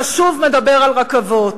אתה שוב מדבר על רכבות.